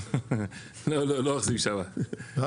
כן,